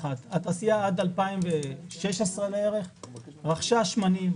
התעשייה עד 2016 רכשה שמנים,